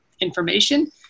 information